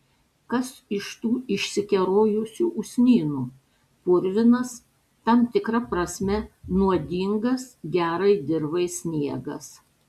kas iš tų išsikerojusių usnynų purvinas tam tikra prasme nuodingas gerai dirvai sniegas